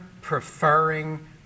preferring